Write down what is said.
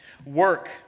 Work